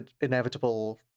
inevitable